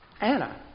Anna